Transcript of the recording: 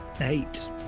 Eight